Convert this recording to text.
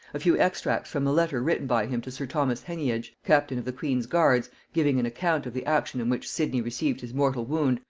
a few extracts from a letter written by him to sir thomas heneage, captain of the queen's guards, giving an account of the action in which sidney received his mortal wound,